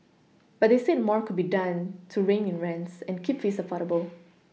but they said more could be done to rein in rents and keep fees affordable